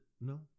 No